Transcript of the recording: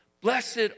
Blessed